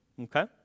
Okay